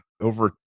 over